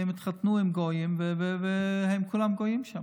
כי הם התחתנו עם גויים, והם כולם גויים שם.